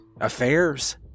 affairs